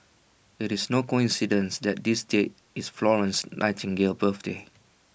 IT is no coincidence that this date is Florence Nightingale's birthday